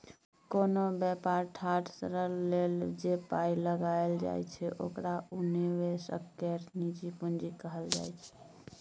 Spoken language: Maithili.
कोनो बेपार ठाढ़ करइ लेल जे पाइ लगाइल जाइ छै ओकरा उ निवेशक केर निजी पूंजी कहल जाइ छै